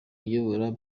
uyobora